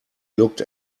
looked